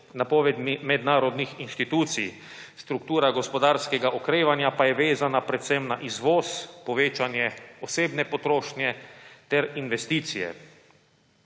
napovedmi mednarodnih inštitucij, struktura gospodarskega okrevanja pa je vezana predvsem na izvoz, povečanje osebne potrošnje ter investicije.